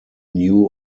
knew